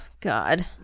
god